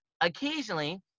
Occasionally